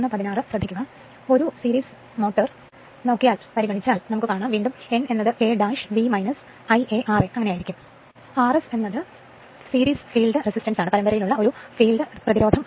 അതിനാൽ ഒരു ശ്രേണി മോട്ടോറോഗെയിൻ n K V Ia ra R S എന്നിവയിൽ R S ചേർക്കേണ്ട സീരീസ് ഫീൽഡ് പ്രതിരോധമാണ്